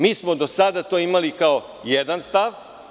Mi smo do sada to imali kao jedan stav.